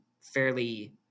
fairly